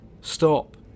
Stop